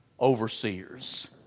overseers